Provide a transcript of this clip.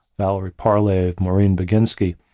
valerie parlave, maureen baginski,